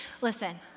listen